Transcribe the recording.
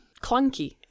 clunky